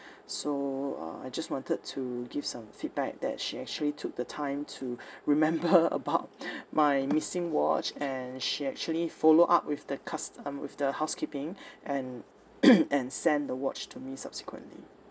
so uh I just wanted to give some feedback that she actually took the time to remember about my missing watch and she actually follow up with the custom~ with the housekeeping and and send the watch to me subsequently